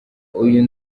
uyu